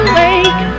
wake